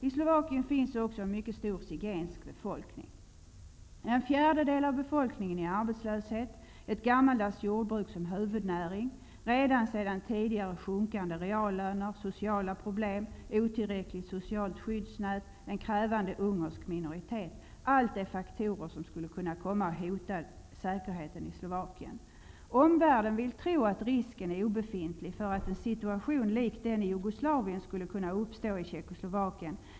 I Slovakien finns också en mycket stor zigensk befolkning. En fjärdedel av befolkningen i arbetslöshet, ett gammaldags jordbruk som huvudnäring, redan sedan tidigare sjunkande reallöner, sociala problem, otillräckligt socialt skyddsnät, en krävande ungersk minoritet - allt detta är faktorer som skulle kunna komma att hota säkerheten i Slovakien. Omvärlden vill tro att risken är obefintlig för att en situation lik den i Jugoslavien skulle kunna uppstå i Tjeckoslovakien.